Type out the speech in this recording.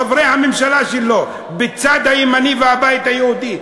חברי הממשלה שלו בצד הימני והבית היהודי,